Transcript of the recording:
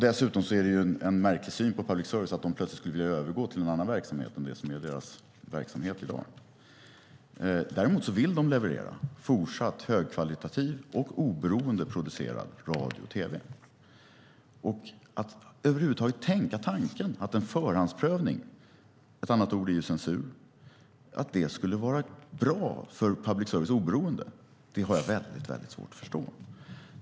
Dessutom är det en märklig syn på public service att de plötsligt skulle vilja övergå till någon annan verksamhet än det som är deras verksamhet i dag. Däremot vill de leverera fortsatt högkvalitativ och oberoende producerad radio och tv. Att över huvud taget tänka tanken att en förhandsprövning - ett annat ord är ju censur - skulle vara bra för public services oberoende har jag väldigt svårt att förstå.